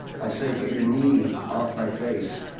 i say, get your knee off my face.